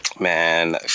man